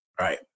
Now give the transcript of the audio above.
right